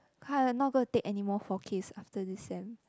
!huh! I'm not going to take anymore four Ks after this sem